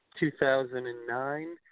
2009